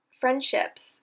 friendships